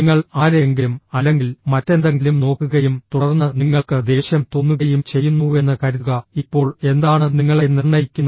നിങ്ങൾ ആരെയെങ്കിലും അല്ലെങ്കിൽ മറ്റെന്തെങ്കിലും നോക്കുകയും തുടർന്ന് നിങ്ങൾക്ക് ദേഷ്യം തോന്നുകയും ചെയ്യുന്നുവെന്ന് കരുതുക ഇപ്പോൾ എന്താണ് നിങ്ങളെ നിർണ്ണയിക്കുന്നത്